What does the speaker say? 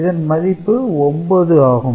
இதன் மதிப்பு 9 ஆகும்